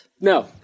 No